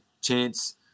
chance